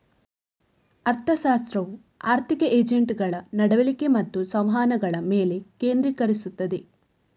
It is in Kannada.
ಅರ್ಥಶಾಸ್ತ್ರವು ಆರ್ಥಿಕ ಏಜೆಂಟುಗಳ ನಡವಳಿಕೆ ಮತ್ತು ಸಂವಹನಗಳ ಮೇಲೆ ಕೇಂದ್ರೀಕರಿಸುತ್ತದೆ